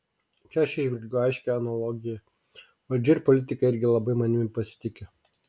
čia aš įžvelgiu aiškią analogiją valdžia ir politikai irgi labai manimi pasitiki